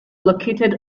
located